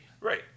Right